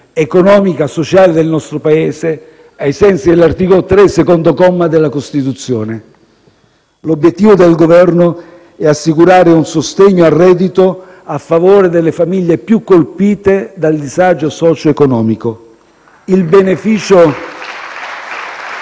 economica e sociale del nostro Paese, ai sensi dell'articolo 3, comma 2, della Costituzione. L'obiettivo del Governo è assicurare un sostegno al reddito a favore delle famiglie più colpite dal disagio socioeconomico. *(Applausi